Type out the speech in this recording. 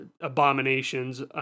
abominations